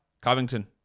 Covington